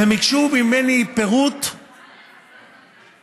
וביקשו ממני פירוט מדויק